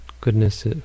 Goodness